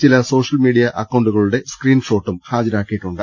ചില സോഷ്യൽമീഡിയാ അക്കൌണ്ടുകളുടെ സ്ക്രീൻ ഷോട്ടും ഹാജരാക്കിയിട്ടുണ്ട്